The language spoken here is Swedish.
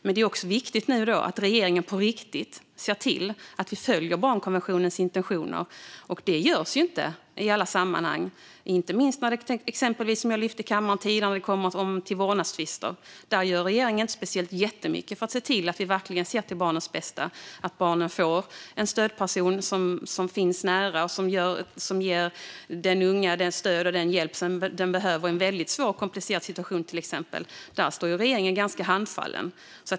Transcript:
Det är viktigt att regeringen nu ser till att vi verkligen följer barnkonventionens intentioner. Det görs inte i alla sammanhang. Det gäller inte minst vårdnadstvister, som jag nämnde här tidigare. Där gör regeringen inte jättemycket för att se till att vi verkligen ser till barnets bästa så att barnet får en stödperson som finns nära och ger den unga det stöd och den hjälp som den behöver i en väldigt svår och komplicerad situation. Där står regeringen ganska handfallen.